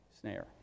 snare